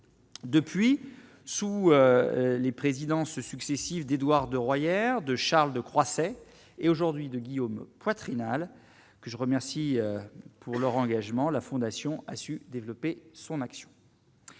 depuis sous les présidences successives d'Édouard de Royere de Charles de Croisset et aujourd'hui de Guillaume Poitrinal, que je remercie pour leur engagement, la fondation a su développer son action